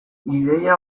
ideia